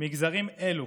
מגזרים אלה